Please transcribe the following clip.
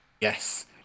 Yes